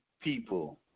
people